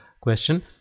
question